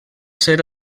ser